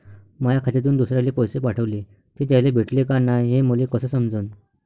माया खात्यातून दुसऱ्याले पैसे पाठवले, ते त्याले भेटले का नाय हे मले कस समजन?